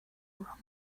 wrong